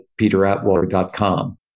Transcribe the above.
peteratwater.com